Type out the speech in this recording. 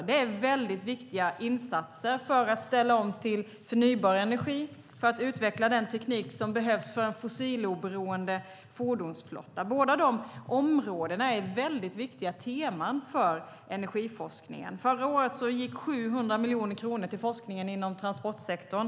Det är viktiga insatser för att ställa om till förnybar energi och för att utveckla den teknik som behövs för en fossiloberoende fordonsflotta. Båda de områdena är väldigt viktiga teman för energiforskningen. Förra året gick 700 miljoner kronor till forskningen inom transportsektorn.